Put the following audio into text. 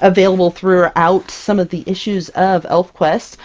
available throughout some of the issues of elfquest.